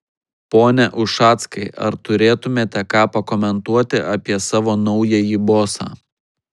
pone ušackai ar turėtumėte ką pakomentuoti apie savo naująjį bosą